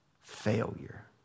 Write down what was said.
failure